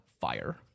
fire